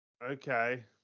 Okay